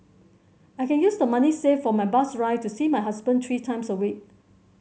i can use the money saved for my bus ride to see my husband three times a week